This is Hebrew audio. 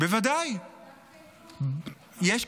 בדקת איתו?